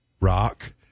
rock